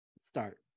start